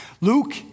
Luke